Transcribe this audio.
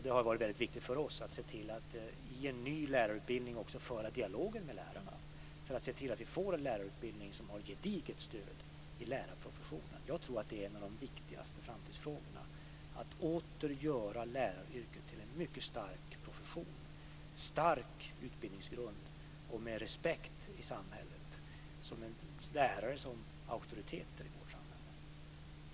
Det har varit väldigt viktigt för oss att se till att när det gäller den nya lärarutbildningen också föra en dialog med lärarna, för att se till att vi får en lärarutbildning som har gediget stöd i lärarprofessionen. Jag tror att en av de viktigaste framtidsfrågorna är att åter göra läraryrket till en mycket stark profession. Det ska vara en stark utbildningsgrund, och lärarna ska åtnjuta respekt. Lärare ska vara auktoriteter i vårt samhälle.